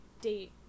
date